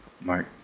Mark